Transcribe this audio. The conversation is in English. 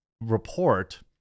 report